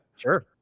Sure